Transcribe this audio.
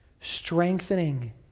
Strengthening